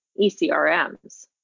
ECRMs